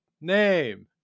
Name